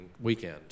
weekend